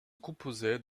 composait